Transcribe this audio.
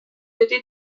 été